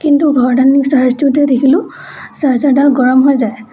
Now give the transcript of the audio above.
কিন্তু ঘৰত আনি চাৰ্জ দিওঁতে দেখিলোঁ চাৰ্জাৰডাল গৰম হৈ যায়